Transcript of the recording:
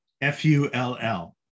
f-u-l-l